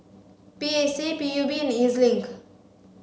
P A C P U B and E Z Link